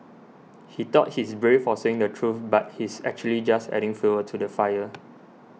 he thought he's brave for saying the truth but he's actually just adding fuel to the fire